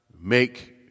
make